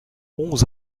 onze